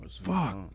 Fuck